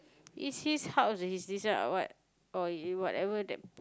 is his house or is this what or whatever that